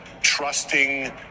trusting